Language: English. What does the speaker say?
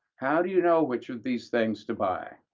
how do you know which of these things to buy?